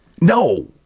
No